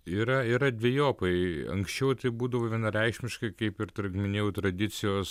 yra yra dvejopai anksčiau tai būdavo vienareikšmiškai kaip ir dar minėjau tradicijos